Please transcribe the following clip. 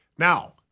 Now